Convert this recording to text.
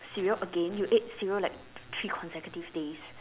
cereal again you ate cereal like three consecutive days